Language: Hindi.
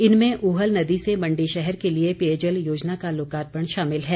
इनमें उहल नदी से मंडी शहर के लिए पेयजल योजना का लोकार्पण शामिल है